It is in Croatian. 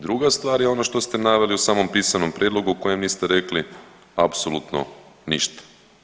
Druga stvar je ono što ste naveli u samom pisanom prijedlogu o kojem niste rekli apsolutno ništa.